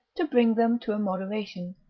to bring them to a moderation,